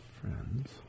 Friends